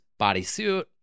bodysuit